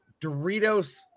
Doritos